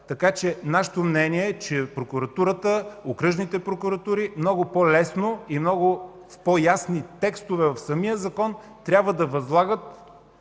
капацитет. Нашето мнение е, че прокуратурата, окръжните прокуратури много по-лесно и с много по-ясни текстове в Закона трябва да възлагат